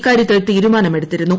ഇക്കാര്യത്തിൽ തീരുമാന്ദ്മെടുത്തിരുന്നു